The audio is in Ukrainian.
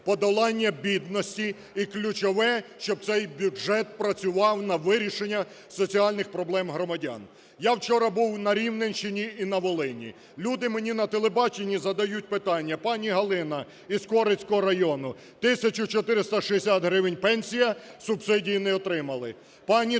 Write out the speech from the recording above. подолання бідності і, ключове, щоб цей бюджет працював на вирішення соціальних проблем громадян. Я вчора був на Рівненщині і на Волині, люди мені на телебаченні задають запитання, пані Галина із Корецького району: 1 тисяча 460 гривень пенсія - субсидії не отримали.